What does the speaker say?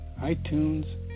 iTunes